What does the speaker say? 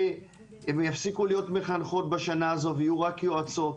שהן יפסיקו להיות מחנכות בשנה הזאת ויהיו רק יועצות,